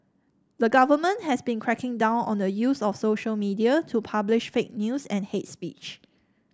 the government has been cracking down on the use of social media to publish fake news and hate speech